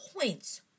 points